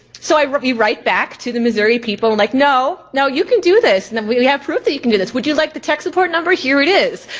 so but we write back to the missouri people and like no, no you can do this and we we have proof that you can do this. would you like the tech support number? here it is.